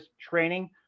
training